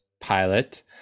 pilot